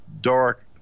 dark